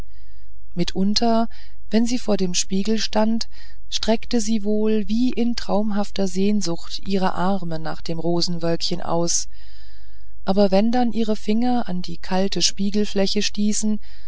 mitunter wenn sie vor dem spiegel stand streckte sie wohl wie in traumhafter sehnsucht ihre arme nach dem rosenwölkchen aus aber wenn dann ihre finger an die kalte spiegelfläche stießen